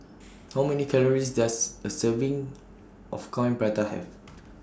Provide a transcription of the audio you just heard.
How Many Calories Does A Serving of Coin Prata Have